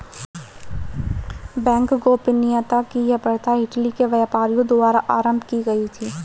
bank गोपनीयता की यह प्रथा इटली के व्यापारियों द्वारा आरम्भ की गयी थी